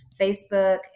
facebook